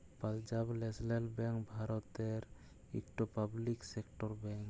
Punjab national bank ভারতের ইকট public sector bank